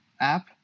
app